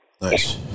Nice